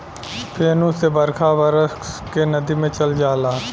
फेनू से बरखा बरस के नदी मे चल जाला